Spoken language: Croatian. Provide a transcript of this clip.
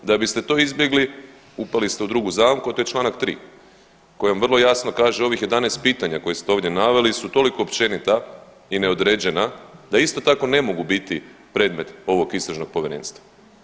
Da biste to izbjegli upali ste u drugu zamku, a to je Članak 3. Koji vam vrlo jasno kaže ovih 11 pitanja koje ste ovdje naveli su toliko općenita i neodređena da isto tako ne mogu biti predmet ovog istražnog povjerenstva.